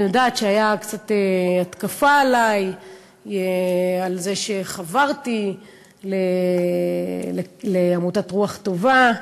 אני יודעת שהייתה עלי קצת התקפה על זה שחברתי לעמותת "רוח טובה".